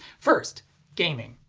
first gaming.